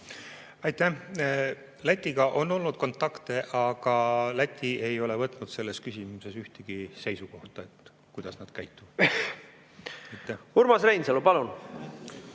Aitäh! Lätiga on olnud kontakte, aga Läti ei ole võtnud selles küsimuses ühtegi seisukohta, kuidas nad käituvad. Urmas Reinsalu, palun!